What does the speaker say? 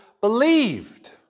believed